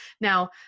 now